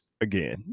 again